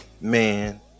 man